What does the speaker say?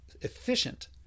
efficient